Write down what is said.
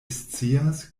scias